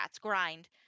grind